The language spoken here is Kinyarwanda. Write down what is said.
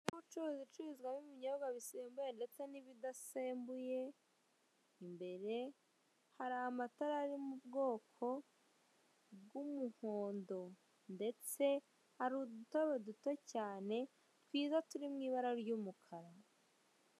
Inzu y'ubucuruzi icuruza ibinyobwa bisembuye n'ibidasembuye. Imbere hari amatara ari mu bwoko bw'umuhondo ndetse hari udutebe duto cyane twiza turi mu ibara ry'umukara.